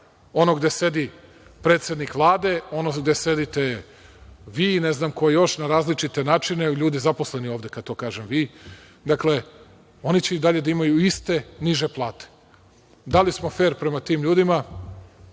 ono gde sedi predsednik Vlade, ono gde sedite vi i ne znam ko još, na različite načine ljudi zaposleni ovde, kada to kažem vi, oni će i dalje da imaju iste, niže plate. Da li smo fer prema tim ljudima?